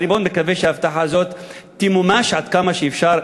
ואני מאוד מקווה שההבטחה הזאת תמומש מהר עד כמה שאפשר,